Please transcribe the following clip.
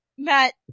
Matt